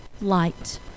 light